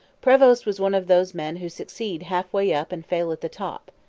prevost was one of those men who succeed half-way up and fail at the top.